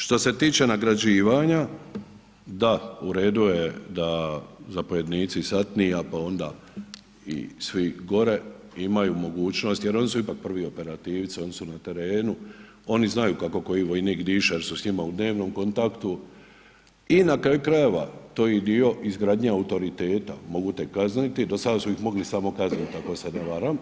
Što se tiče nagrađivanja, da, uredu je da zapovjednici satnija pa onda i svi gore imaju mogućnost, jer oni su ipak prvi operativci, oni su na terenu, oni znaju kako koji vojnik diše jer su s njima u dnevnom kontaktu i na kraju krajeva to je dio izgradnje autoriteta, mogu ih kazniti, do sada su ih mogli samo kazniti ako se ne varam,